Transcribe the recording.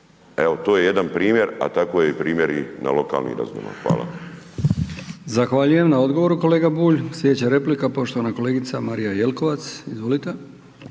Evo, to je jedan primjer, a takav je primjer i na lokalnim razinama. Hvala. **Brkić, Milijan (HDZ)** Zahvaljujem na odgovoru kolega Bulj. Sljedeća replika poštovana kolegica Marija Jelkovac, izvolite.